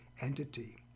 entity